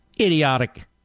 idiotic